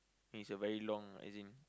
means a very long as in